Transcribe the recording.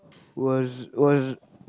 was was